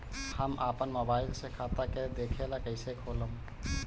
हम आपन मोबाइल से खाता के देखेला कइसे खोलम?